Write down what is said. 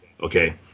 okay